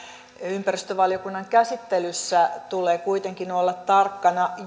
ympäristövaliokunnan käsittelyssä tulee kuitenkin olla tarkkana